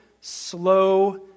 slow